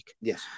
Yes